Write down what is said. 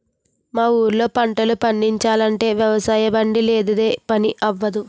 మా ఊళ్ళో పంటలు పండిచాలంటే వ్యవసాయబండి లేనిదే పని అవ్వదు